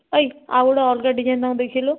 ଏଇ ଆଉ ଗୋଟେ ଅଲଗା ଡିଜାଇନ୍ ତାଙ୍କୁ ଦେଖାଇଲୁ